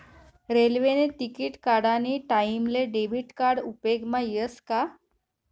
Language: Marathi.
रेल्वेने तिकिट काढानी टाईमले डेबिट कार्ड उपेगमा यस का